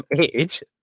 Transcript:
age